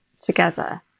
together